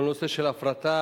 כל הנושא של הפרטה